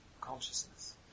consciousness